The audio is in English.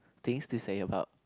things to say about